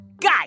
Guy